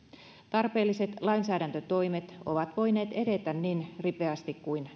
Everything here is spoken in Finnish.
tarpeelliset lainsäädäntötoimet ovat voineet edetä niin ripeästi kuin